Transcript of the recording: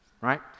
right